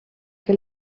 que